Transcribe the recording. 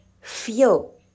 feel